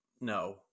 no